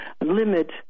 limit